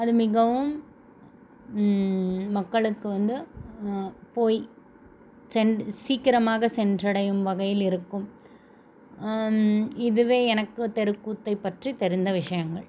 அது மிகவும் மக்களுக்கு வந்து போய் சென் சீக்கிரமாக சென்றடையும் வகையில் இருக்கும் இதுவே எனக்கு தெருக்கூத்தை பற்றி தெரிந்த விஷயங்கள்